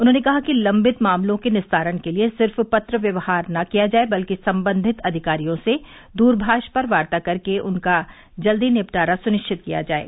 उन्होंने कहा कि लम्बित प्रकरणों के निस्तारण के लिये सिर्फ पत्र व्यवहार न किया जाये बल्कि संबंधित अधिकारियों से दूरमाष पर वार्ता कर के उनका जल्द निपटारा सुनिश्चित किया जाये